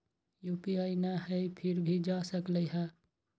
UPI न हई फिर भी जा सकलई ह?